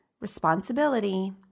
responsibility